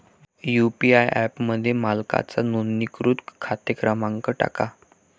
UPI ॲपमध्ये मालकाचा नोंदणीकृत खाते क्रमांक टाका